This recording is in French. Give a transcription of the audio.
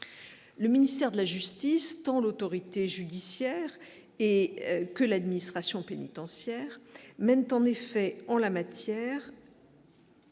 le ministère de la justice dans l'autorité judiciaire et que l'administration pénitentiaire, même temps, en effet, en la matière.